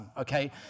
okay